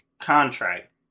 contract